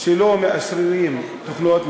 שלא מאשררים תוכניות מתאר,